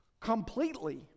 completely